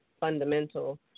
fundamental